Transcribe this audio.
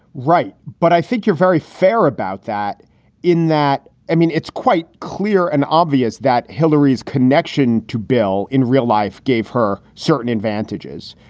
right. but i think you're very fair about that in that. i mean, it's quite clear and obvious that hillary's connection to bill in real life gave her certain advantages,